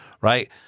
right